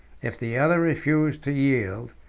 if the other refused to yield,